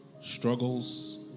Struggles